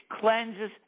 cleanses